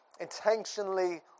Intentionally